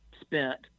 spent